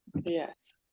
yes